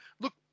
look